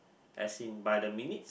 as in by the minute